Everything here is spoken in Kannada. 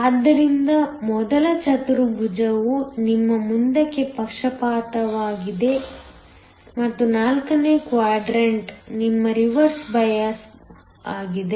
ಆದ್ದರಿಂದ ಮೊದಲ ಚತುರ್ಭುಜವು ನಿಮ್ಮ ಮುಂದಕ್ಕೆ ಪಕ್ಷಪಾತವಾಗಿದೆ ಮತ್ತು ನಾಲ್ಕನೇ ಕ್ವಾಡ್ರಾಂಟ್ ನಿಮ್ಮ ರಿವರ್ಸ್ ಬಯಾಸ್ವಾಗಿದೆ